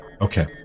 Okay